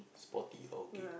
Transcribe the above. Spotty oh okay